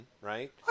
right